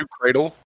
cradle